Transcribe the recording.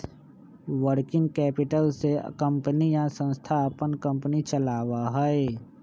working capital से company या संस्था अपन कंपनी चलावा हई